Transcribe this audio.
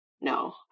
No